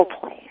place